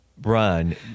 run